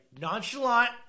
nonchalant